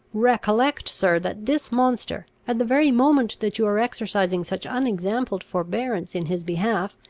recollect, sir, that this monster, at the very moment that you are exercising such unexampled forbearance in his behalf,